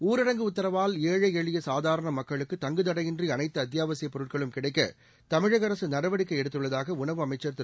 ஊரடங்கு உத்தரவால் ஏழை எளிய சாதாரண மக்களுக்கு தங்குத்தடையின்றி அனைத்து அத்தியாவசியப் பொருட்களும் கிடைக்க தமிழக அரசு நடவடிக்கை எடுத்துள்ளதாக உணவு அமைச்சர் திரு